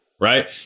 right